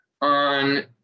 on